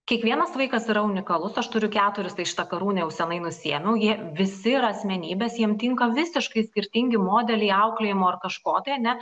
kiekvienas vaikas yra unikalus aš turiu keturis tai šitą karūnę jau senai nusiėmiau jie visi ir asmenybės jiem tinka visiškai skirtingi modeliai auklėjimo ar kažko tai ane